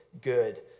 good